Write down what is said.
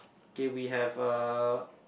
okay we have a